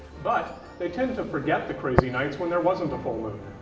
but they tend to forget the crazy nights when there wasn't a full moon.